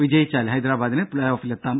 വിജയിച്ചാൽ ഹൈദരാബാദിന് പ്ലേ ഓഫിലെത്താം